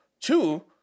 Two